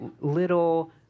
little